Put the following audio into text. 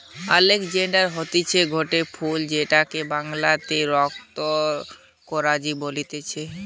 oleander হতিছে গটে ফুল যেটাকে বাংলাতে রক্ত করাবি বলতিছে